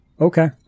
Okay